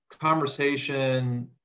conversation